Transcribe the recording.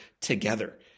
together